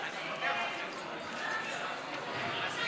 מסכים.